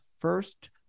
first